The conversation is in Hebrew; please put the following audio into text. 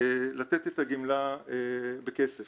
לתת את הגמלה בכסף.